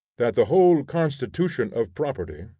that the whole constitution of property,